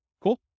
Cool